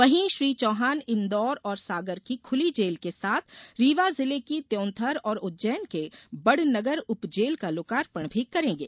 वहीं श्री चौहान इंदौर और सागर की खुली जेल के साथ रीवा जिले की त्यौंथर और उज्जैन के बड़नगर उपजेल का लोकार्पण भी करेंगे